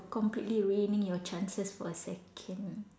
completely ruining your chances for a second